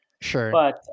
sure